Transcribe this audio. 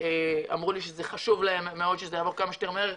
שאמרו לי שחשוב להם שזה יעבור כמה שיותר מהר,